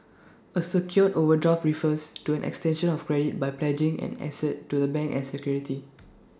A secured overdraft refers to an extension of credit by pledging an asset to the bank as security